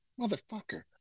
Motherfucker